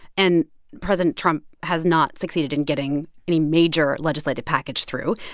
and president trump has not succeeded in getting any major legislative package through.